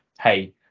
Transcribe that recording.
hey